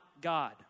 God